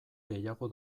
gehiago